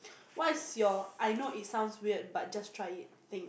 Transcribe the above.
what's your I know it sounds weird but just try it thank